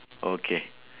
okay